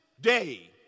day